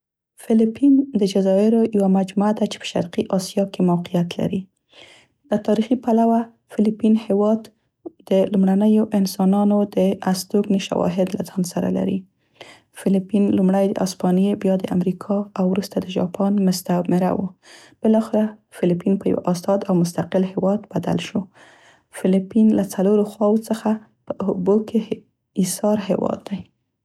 فلیپین د جزایرو یوه مجموعه ده چې په شرقي اسیا کې موقعیت لري. له تاریخي پلوه فلیپین هیواد د لومړینو انسانانو د استوګنې شواهد له ځان سره لري. فلیپين لومړۍ د هسپانیې، بیا د امریکا او وروسته د جاپان مستعمره و. بلاخره فلیپين په یوه ازاد او مستقل هیواد بدل شو. فليپين له څلورو خواوو څخه په اوبو کې ایسار هیواد دی.